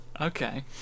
Okay